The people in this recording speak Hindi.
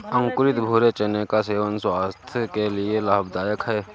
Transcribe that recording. अंकुरित भूरे चने का सेवन स्वास्थय के लिए लाभदायक है